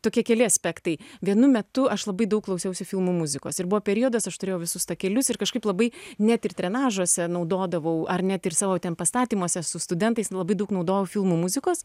tokie keli aspektai vienu metu aš labai daug klausiausi filmų muzikos ir buvo periodas aš turėjau visus takelius ir kažkaip labai net ir drenažuose naudodavau ar net ir savo ten pastatymuose su studentaislabai daug naudojau filmų muzikos